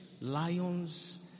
lions